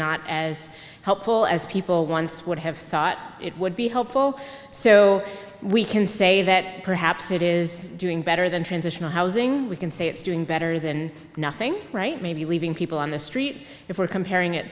not as helpful as people once would have thought it would be helpful so we can say that perhaps it is doing better than transitional housing we can say it's doing better than nothing right maybe leaving people on the street if we're comparing it